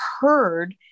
heard